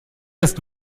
ist